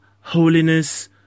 holiness